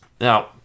Now